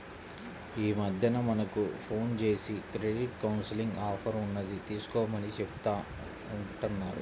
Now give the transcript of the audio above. యీ మద్దెన మనకు ఫోన్ జేసి క్రెడిట్ కౌన్సిలింగ్ ఆఫర్ ఉన్నది తీసుకోమని చెబుతా ఉంటన్నారు